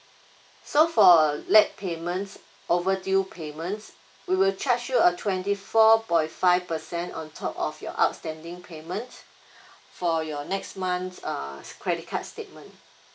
so for late payments overdue payments we will charge you a twenty four point five percent on top of your outstanding payments for your next month's err credit card statement